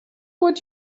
would